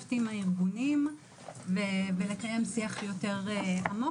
לשבת עם הארגונים ולקיים שיח יותר עמוק